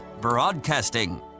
broadcasting